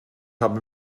habe